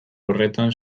horretan